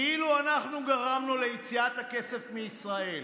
כאילו אנחנו גרמנו ליציאת הכסף מישראל.